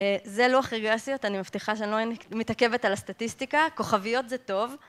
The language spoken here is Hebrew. זה לוח רגסיות, אני מבטיחה שאני לא מתעכבת על הסטטיסטיקה, כוכביות זה טוב.